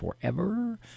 forever